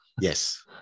Yes